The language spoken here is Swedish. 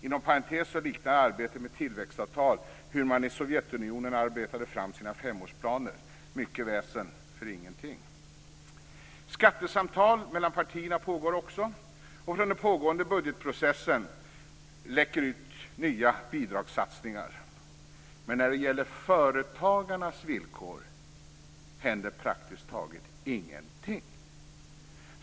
Inom parentes kan jag säga att arbetet med tillväxtavtal liknar hur man i mycket väsen för ingenting. Skattesamtal mellan partierna pågår också. Och under den pågående budgetprocessen läcker det ut nya bidragssatsningar. Men när det gäller företagarnas villkor händer praktiskt taget ingenting.